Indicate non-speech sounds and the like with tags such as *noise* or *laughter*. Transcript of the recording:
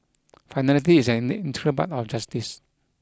finality is an *unintelligible* integral part of justice